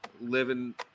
living